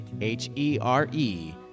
h-e-r-e